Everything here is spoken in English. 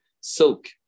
silk